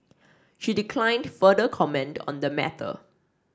she declined further comment on the matter